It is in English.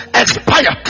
expire